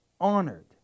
honored